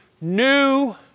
new